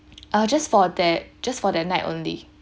uh just for that just for that night only